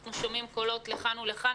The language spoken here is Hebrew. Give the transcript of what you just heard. אנחנו שומעים קולות לכאן ולכאן.